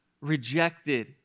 rejected